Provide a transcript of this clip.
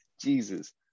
Jesus